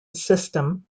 system